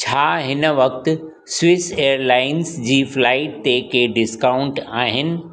छा हिन वक़्तु स्विस एयरलाइंस जी फ्लाइट ते के डिस्काउंट आहिनि